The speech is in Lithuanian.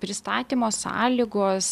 pristatymo sąlygos